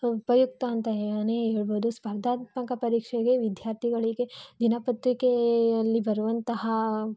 ಉಪಯುಕ್ತ ಅಂತನೇ ಹೇಳ್ಬೊದು ಸ್ಪರ್ಧಾತ್ಮಕ ಪರೀಕ್ಷೆಗೆ ವಿದ್ಯಾರ್ಥಿಗಳಿಗೆ ದಿನಪತ್ರಿಕೆಯಲ್ಲಿ ಬರುವಂತಹ